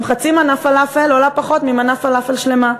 גם חצי מנה פלאפל עולה פחות ממנה פלאפל שלמה.